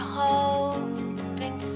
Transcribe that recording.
hoping